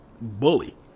bully